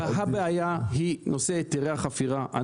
הבעיה היא נושא היתרי החפירה.